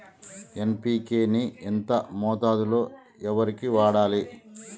NPK ని ఎంత మోతాదులో వరికి వాడాలి?